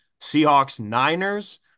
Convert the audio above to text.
Seahawks-Niners